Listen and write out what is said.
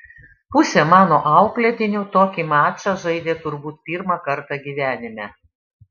pusė mano auklėtinių tokį mačą žaidė turbūt pirmą kartą gyvenime